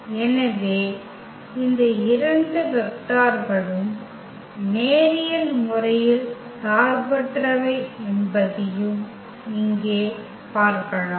எனவே இந்த இரண்டு வெக்டார்களும் நேரியல் முறையில் சார்பற்றவை என்பதையும் இங்கே பார்க்கலாம்